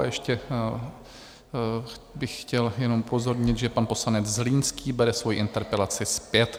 Ještě bych chtěl jenom upozornit, že pan poslanec Zlínský bere svoji interpelaci zpět.